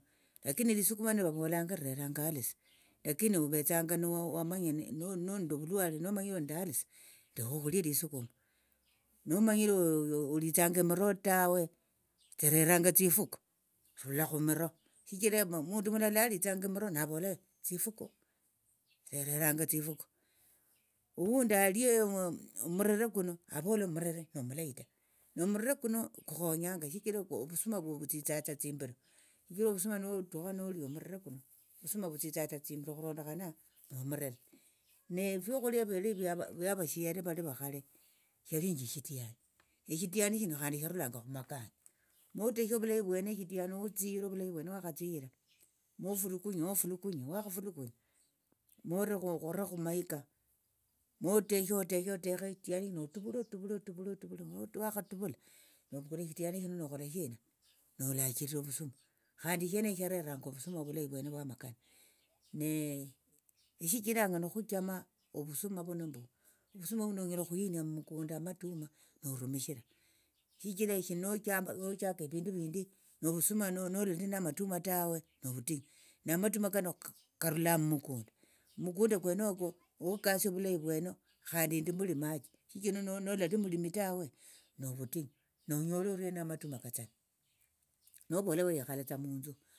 Lakini lisukuma lino vavolanga lireranga ulcer lakini ovetsanga nowamanya noli nolinde ovulwale nomanyire olinde ulcer lekha okhulia lisukuma nomanyire olitsanga emiro tawe tsireranga tsifuko rula khumiro shichira omundu mulala alitsanga emiro navola this thifuko reranga tsifuko funding alie omurere kuno avola omurere nomulayi ta nomurere kuno kukhonyanga shichira ovusuma vutsitsatsa thimbiro shichira ovusuma notukha nolia omurere kuno ovusuma vutsitsatsa tsimbiro okhurondokhana nomurere ne fiokhulia fiali vyava avashiere vali vakhali shalinji shitiani eshitiani shino khandi sharulanga khumakanda moteshe ovulayi vwene eshitiani otsiyire ovulayi vwene wakhatsiyira mofulukunye ofulukunye wakhafulukunya morekhu orekhumaika moteshe oteshe oteshe eshitiani shino otuvule otuvule otuvule otuvule wakhatuvula novukula eshitiani shino nokhola shina nolachiraa ovusuma khandi eshieneshi shareranga ovusuma ovulayi vwene vwa makana shichiranga nikhuchama ovusuma vuno mbu ovusuma vuno onyala khuhinia mukunda amatuma norumishira shichira eshindu nochamba nochaka evindu vindi novusuma nolali namatuma tawe novutinyu namatuma kano karula mukunda mukunda kwenoko okasie vulayi vwene khandi indi mulimachi shichira nolali mulimi tawe novutinyu nonyole oriena amatuma kathana novola olekhalatsa munthu.